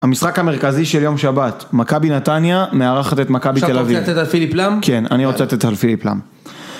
המשחק המרכזי של יום שבת, מכבי נתניה מארחת את מכבי תל אביב עכשיו רוצה לצאת על פילים לאם? כן, אני רוצה לצאת על פיליפ לאם